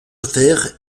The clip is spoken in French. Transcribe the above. faire